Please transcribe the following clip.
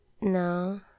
No